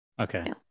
Okay